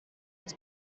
its